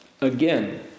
again